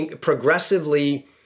progressively